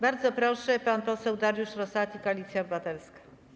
Bardzo proszę, pan poseł Dariusz Rosati, Koalicja Obywatelska.